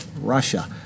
Russia